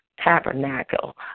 tabernacle